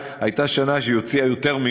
הייתה שנה שהיא הוציאה יותר,